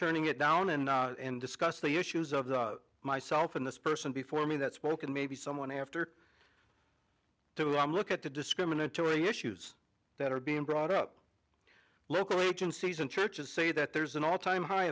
turning it down and discuss the issues of myself and this person before me that spoke and maybe someone after to i'm look at the discriminatory issues that are being brought up local agencies and churches say that there's an all time high